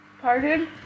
Pardon